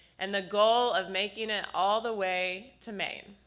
and the goal of making it all the way to maine.